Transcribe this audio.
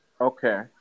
okay